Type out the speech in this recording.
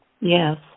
Yes